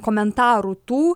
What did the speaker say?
komentarų tų